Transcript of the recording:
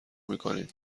میکنیم